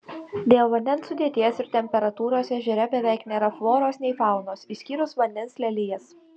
dėl vandens sudėties ir temperatūros ežere beveik nėra floros nei faunos išskyrus vandens lelijas